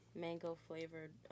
mango-flavored